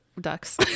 ducks